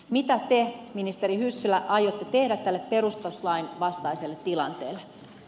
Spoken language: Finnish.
mitä te ministeri hyssälä aiotte tehdä tälle perustuslain vastaiselle tilanteelle